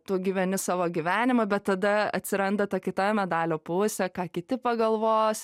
tu gyveni savo gyvenimą bet tada atsiranda ta kita medalio pusė ką kiti pagalvos